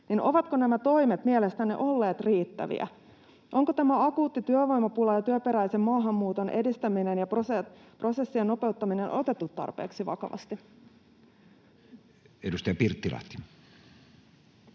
ovatko nämä toimet mielestänne olleet riittäviä? Onko tämä akuutti työvoimapula, työperäisen maahanmuuton edistäminen ja prosessien nopeuttaminen otettu tarpeeksi vakavasti? [Speech 184] Speaker: